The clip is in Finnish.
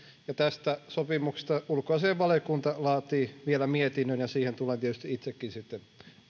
ja tästä sopimuksesta ulkoasiainvaliokunta laatii vielä mietinnön ja siihen tulen tietysti itsekin sitten